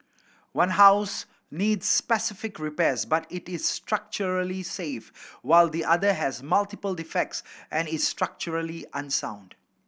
one house needs specific repairs but it is structurally safe while the other has multiple defects and is structurally unsound